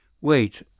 Wait